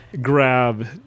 grab